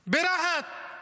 ברהט,